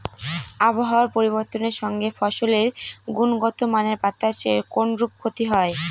আবহাওয়ার পরিবর্তনের সঙ্গে ফসলের গুণগতমানের বাতাসের কোনরূপ ক্ষতি হয়?